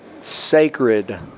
sacred